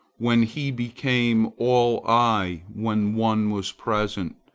when he became all eye when one was present,